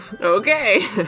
Okay